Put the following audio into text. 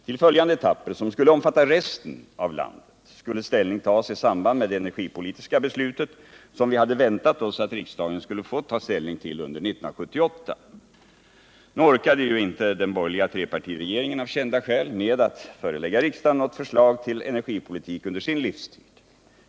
Till följande etapper, som skulle omfatta resten av landet, skulle ställning tas i samband med det energipolitiska beslut som vi hade väntat oss att riksdagen skulle fatta under 1978. Nu orkade ju den borgerliga trepartiregeringen av kända skäl inte med att förelägga riksdagen något förslag till energipolitik under sin livstid.